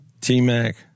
T-Mac